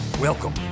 Welcome